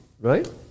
Right